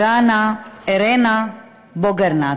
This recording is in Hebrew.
אירנה בונגרט,